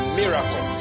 miracle